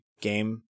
game